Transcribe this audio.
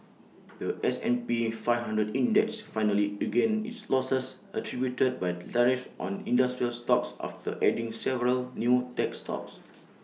The S and P five hundred index finally regained its losses attributed by tariffs on industrial stocks after adding several new tech stocks